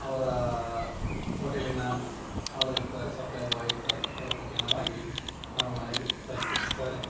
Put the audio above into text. ಅವರ ಹೋಟೆಲ್ಲಿನ ಆಳು ಇರ್ತಾರೆ ಸಪ್ಲೈಯರ್ ಬಾಯ್ ಇರ್ತಾರೆ ಅವರ ಮುಖೇನವಾಗಿ ನಮ್ಮ ಮನೆಗೆ ತಲುಪಿಸ್ತಾರೆ